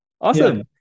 Awesome